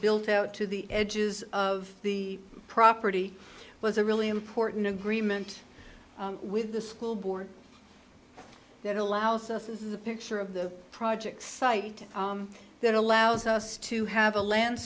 built out to the edges of the property was a really important agreement with the school board that allows us this is a picture of the project site that allows us to have a land